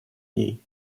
ней